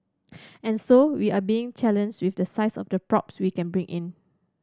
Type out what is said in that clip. and so we are been challenges with the size of the props we can bring in